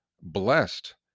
blessed